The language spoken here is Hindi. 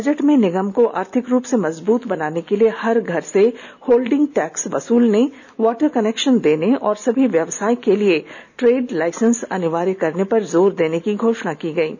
बजट में निगम को आर्थिक रूप से मजबूत बनाने के लिए हर घर से होल्डिंग टैक्स वसूलने वाटर कनेक्शन देने और सभी व्यवसाय के लिए ट्रेड लाइसेंस अनिवार्य करने पर जोर देने की घोषणा की है